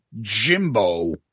Jimbo